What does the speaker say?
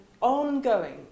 ongoing